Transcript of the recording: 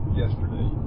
yesterday